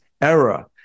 era